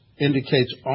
indicates